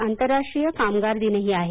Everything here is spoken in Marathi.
आज आंतरराष्ट्रीय कामगार दिनही आहे